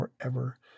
forever